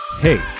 Hey